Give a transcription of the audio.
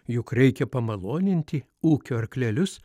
juk reikia pamaloninti ūkio arklelius